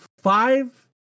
five